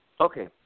Okay